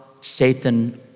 Satan